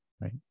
right